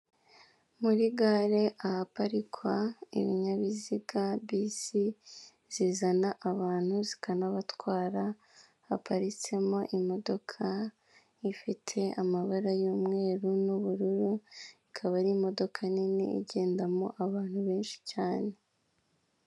Muri gare haparikwa ibinyabiziga, bisi zizana abantu zikanabatwara haparitsemo imodoka ifite amabara y'umweru n'ubururu ikaba ari imodoka nini igendamo n'abantu benshi cyane.